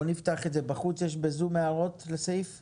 יש הערות לסעיף ב-זום?